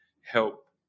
help